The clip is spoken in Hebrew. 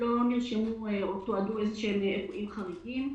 לא תועדו אירועים חריגים כלשהם.